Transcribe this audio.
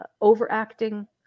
overacting